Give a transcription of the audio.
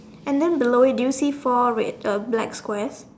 and then below it do you see four red uh black squares